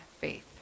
faith